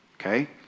okay